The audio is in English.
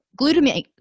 Glutamate